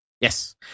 Yes